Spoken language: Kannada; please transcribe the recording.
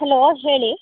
ಹಲೋ ಹೇಳಿ